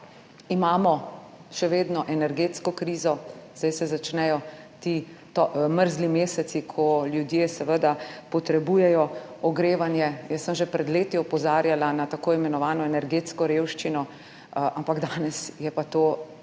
imamo energetsko krizo. Zdaj se začnejo ti mrzli meseci, ko ljudje seveda potrebujejo ogrevanje. Jaz sem že pred leti opozarjala na tako imenovano energetsko revščino, ampak danes je pa to res